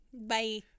Bye